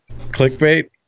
clickbait